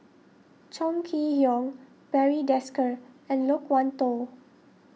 Chong Kee Hiong Barry Desker and Loke Wan Tho